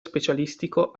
specialistico